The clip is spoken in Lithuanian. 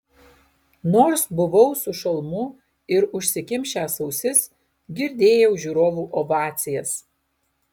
nors buvau su šalmu ir užsikimšęs ausis girdėjau žiūrovų ovacijas